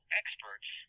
experts